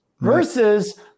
versus